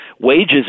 wages